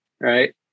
Right